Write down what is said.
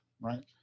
right